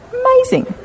amazing